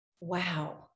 Wow